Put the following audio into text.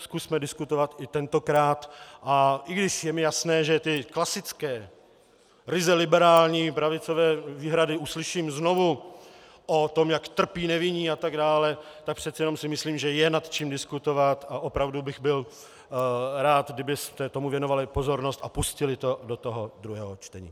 Zkusme diskutovat i tentokrát, a i když je mi jasné, že ty klasické ryze liberální pravicové výhrady uslyším znovu, o tom, jak trpí nevinní atd., tak přece jenom si myslím, že je nad čím diskutovat, a opravdu bych byl rád, kdybyste tomu věnovali pozornost a pustili to do druhého čtení.